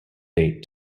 date